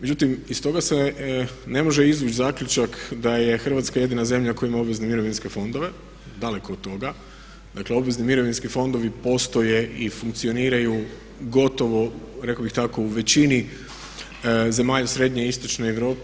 Međutim, iz toga se ne može izvući zaključak da je Hrvatska jedina zemlja koja ima obvezne mirovinske fondove, dakle od toga, dakle obvezni mirovinski fondovi postoje i funkcioniraju gotovo rekao bih tako u većini zemalja srednje i istočne Europe.